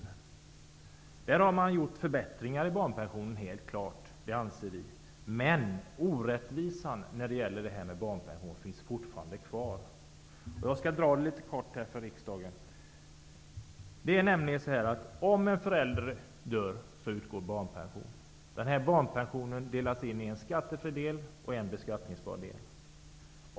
Vi anser att man har gjort förbättringar av barnpensionen, men orättvisan finns fortfarande kvar. Jag skall kortfattat dra ett exempel för riksdagen. Om en förälder dör utgår barnpension. Barnpensionen består av en skattefri del och en beskattningsbar del.